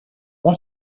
want